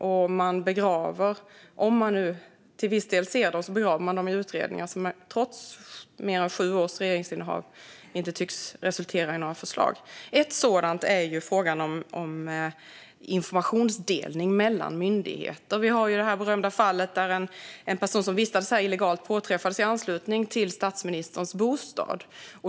Och om man till viss del ser dem begraver man dem i utredningar som, trots mer än sju års regeringsinnehav, inte tycks resultera i några förslag. Ett sådant problem är frågan om informationsdelning mellan myndigheter. Vi har det berömda fallet där en person som vistades här illegalt påträffades i anslutning till statsministerns bostad.